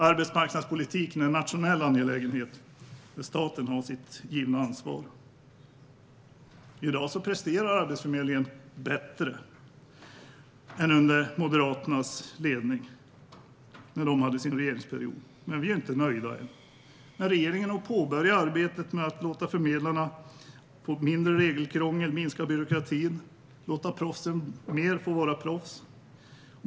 Arbetsmarknadspolitik är en nationell angelägenhet, där staten har sitt givna ansvar. I dag presterar Arbetsförmedlingen bättre än under Moderaternas regeringsperiod och ledning. Vi är dock inte nöjda än. Regeringen har påbörjat arbetet med att ge förmedlarna mindre regelkrångel, minskad byråkrati och låta proffsen vara proffs.